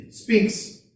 speaks